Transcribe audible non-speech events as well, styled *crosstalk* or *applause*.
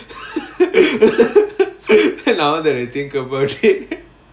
*laughs* now that I think about it